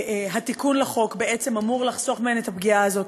התיקון לחוק בעצם אמור לחסוך מהן את הפגיעה הזאת.